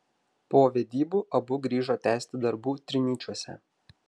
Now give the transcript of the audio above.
po vedybų abu grįžo tęsti darbų trinyčiuose